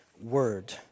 word